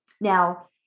Now